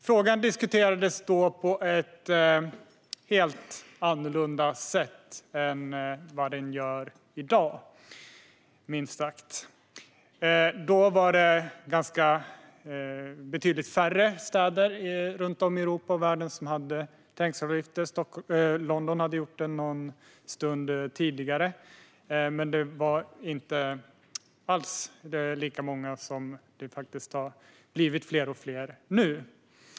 Frågan diskuterades då på ett helt annorlunda sätt än i dag - minst sagt. Då var det betydligt färre städer runt om i Europa och världen som hade trängselavgifter. London hade nyligen infört det, men det var inte alls lika många som det faktiskt har blivit nu.